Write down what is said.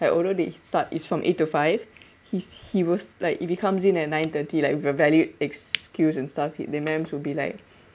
like although they start it's from eight to five he's he was like if he comes in at nine thirty like with valid excuse and stuff the ma'ams would be like